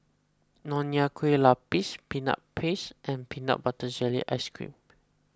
Nonya Kueh Lapis Peanut Paste and Peanut Butter Jelly Ice Cream